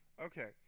Okay